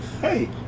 Hey